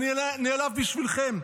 אני נעלב בשבילכם,